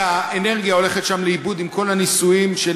שהאנרגיה הולכת שם לאיבוד עם כל הניסויים של